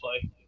play